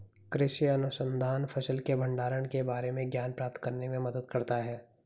कृषि अनुसंधान फसल के भंडारण के बारे में ज्ञान प्राप्त करने में मदद करता है